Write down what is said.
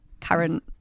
current